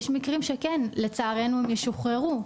יש מקרים שלצערנו הם ישוחררו.